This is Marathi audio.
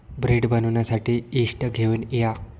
ब्रेड बनवण्यासाठी यीस्ट घेऊन या